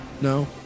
No